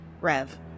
Rev